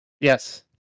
Yes